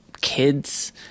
kids